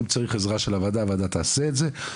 אם צריך עזרה של הוועדה הוועדה תעשה את זה,